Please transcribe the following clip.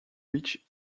reach